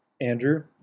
andrew